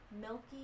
milky